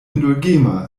indulgema